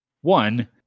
One